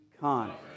con